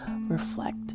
reflect